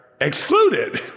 excluded